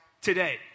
today